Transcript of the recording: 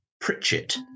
Pritchett